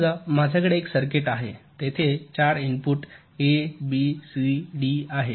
समजा माझ्याकडे एक सर्किट आहे तेथे 4 input A B C D आहेत